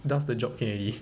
does the job can already